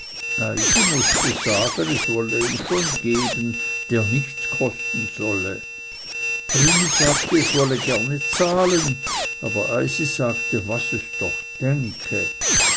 mußte sagen es wolle ihm schon geben der nichts kosten solle trini sagte es wolle gerne zahlen aber eisi sagte was es doch denke